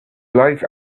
life